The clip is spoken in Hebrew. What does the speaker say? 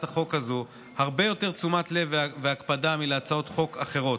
החוק הזו הרבה יותר תשומת לב והקפדה מלהצעות חוק אחרות,